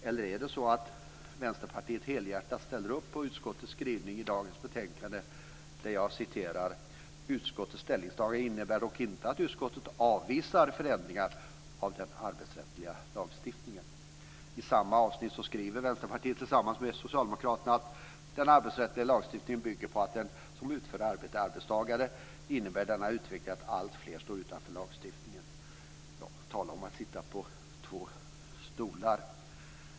Eller är det så att Vänsterpartiet helhjärtat ställer upp på utskottets skrivning i dagens betänkande? Jag citerar: "Utskottets ställningstagande innebär dock inte att utskottet avvisar förändringar av den arbetsrättsliga lagstiftningen." I samma avsnitt skriver Vänsterpartiet tillsammans med Socialdemokraterna att "- den arbetsrättsliga lagstiftningen bygger på att den som utför arbetet är arbetstagare, innebär denna utveckling att alltfler står utanför lagstiftningen." Tala om att sitta på två stolar.